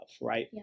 right